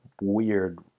weird